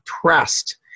pressed